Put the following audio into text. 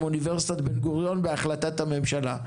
אוניברסיטת בן-גוריון בהחלטת הממשלה.